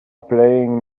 playing